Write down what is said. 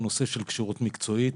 הנושא של כשירות מקצועית,